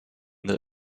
the